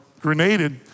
grenaded